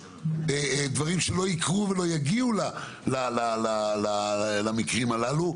דברים שלא יקרו ולא יגיעו למקרים הללו.